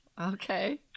Okay